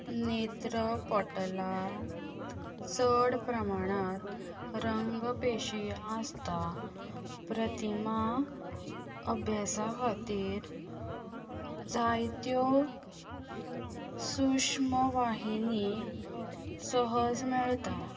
नेत्रपटलात चड प्रमाणात रंगपेशी आसता प्रतिमा अभ्यासा खातीर जायत्यो सुश्म वाहिनी सहज मेळटा